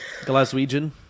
Glaswegian